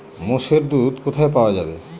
মোষের দুধ কোথায় পাওয়া যাবে?